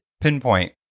pinpoint